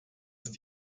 ist